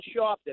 Sharpton